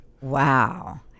Wow